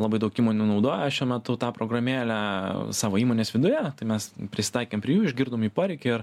labai daug įmonių naudoja šiuo metu tą programėlę savo įmonės viduje tai mes prisitaikėm prie jų išgirdom jų poreikį ir